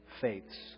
faiths